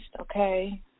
okay